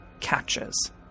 catches